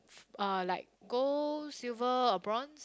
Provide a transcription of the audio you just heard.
uh like gold silver or bronze